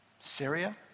Syria